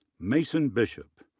mason bishop,